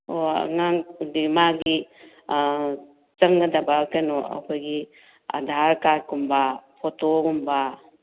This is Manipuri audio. ꯑꯣ ꯑꯉꯥꯡꯗꯨꯗꯤ ꯃꯥꯒꯤ ꯆꯪꯒꯗꯕ ꯀꯩꯅꯣ ꯑꯩꯈꯣꯏꯒꯤ ꯑꯙꯥꯔ ꯀꯥꯔꯠꯀꯨꯝꯕ ꯐꯣꯇꯣꯒꯨꯝꯕ